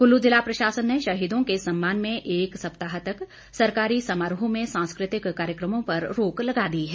कुल्लू जिला प्रशासन ने शहीदों के सम्मान में एक सप्ताह तक सरकारी समारोह में सांस्कृतिक कार्यक्रमों पर रोक लगा दी है